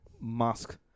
mask